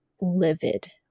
livid